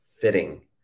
fitting